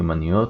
מיומנויות,